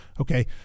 Okay